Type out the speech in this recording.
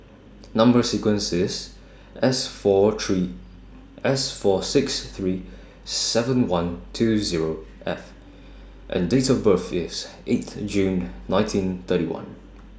Number sequence IS S four three S four six three seven one two Zero F and Date of birth IS eighth June nineteen thirty one